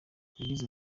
yagize